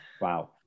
Wow